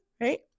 Right